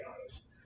honest